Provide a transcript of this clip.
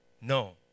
No